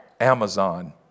Amazon